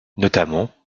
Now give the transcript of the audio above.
notamment